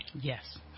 Yes